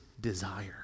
desire